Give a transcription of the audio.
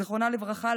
זיכרונה לברכה,